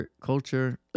culture